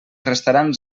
restaran